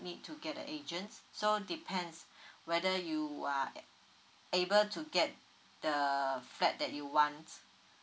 need to get the agency so depends whether you are able to get the flat that you want